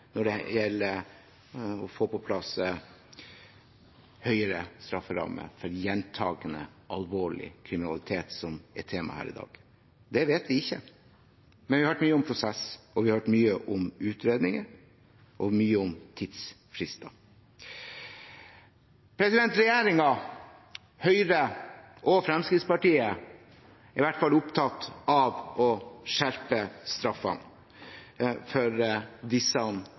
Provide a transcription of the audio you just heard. når det gjelder å få på plass høyere strafferamme for gjentakende alvorlig kriminalitet, som er temaet i dag? Det vet vi ikke, men vi har hørt mye om prosess, og vi har hørt mye om utredninger og tidsfrister. Regjeringen – Høyre og Fremskrittspartiet – er i hvert fall opptatt av å skjerpe straffene for